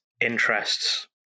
interests